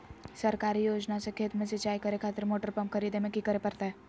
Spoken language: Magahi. सरकारी योजना से खेत में सिंचाई करे खातिर मोटर पंप खरीदे में की करे परतय?